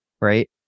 right